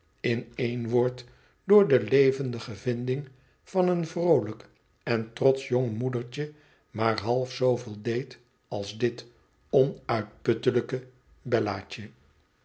in één woord door de levendige vinding van een vroolijk en trotsch jong moedertje maar half zooveel deed als dit onuitputtelijke bellaatje